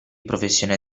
professione